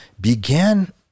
began